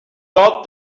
thought